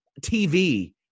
TV